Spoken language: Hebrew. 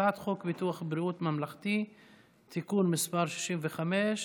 הצעת חוק ביטוח בריאות ממלכתי (תיקון מס' 65)